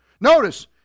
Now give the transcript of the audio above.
Notice